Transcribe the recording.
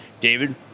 David